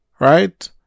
Right